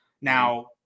Now